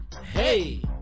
Hey